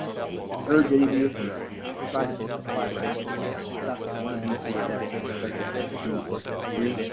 i would urge any of you if you try to apply for access and you got stuck at one of these three steps, especially step two or step three,